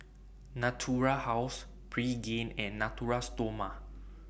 Natura House Pregain and Natura Stoma